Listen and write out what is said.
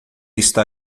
está